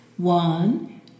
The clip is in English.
One